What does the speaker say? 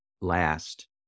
last